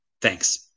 Thanks